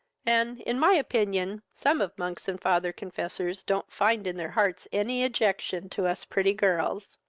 and, in my opinion, some of monks and father confessors don't find in their hearts any ejection to us pretty girls.